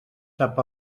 sap